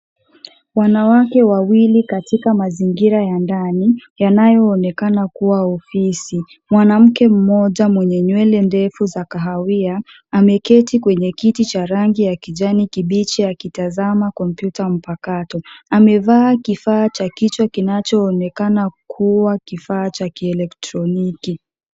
Wanawake wawili katika mzingira ya ndani yanayoonekana kuwa ofisi. Mwanamke mmoja mwenye nywele ndefu za kahawia ameketi kwenye kiti cha rangi ya kijani kibichi akitazama kompyuta mpakato. Amevaa kifaa cha kichwa kinachoonekana kuwa kifaa cha kielektroniki.